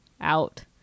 out